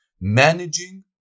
managing